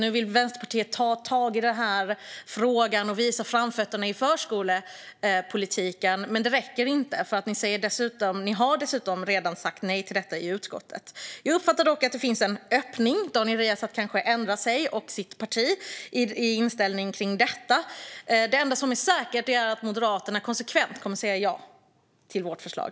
Nu vill Vänsterpartiet ta tag i frågan och visa framfötterna i förskolepolitiken. Men det räcker inte. Ni har dessutom redan sagt nej till detta i utskottet. Jag uppfattar dock att det finns en öppning. Daniel Riazat och hans parti kanske ändrar sin inställning till detta. Det enda som är klart är att vi i Moderaterna konsekvent kommer att säga ja till vårt förslag.